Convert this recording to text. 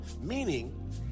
meaning